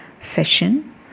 session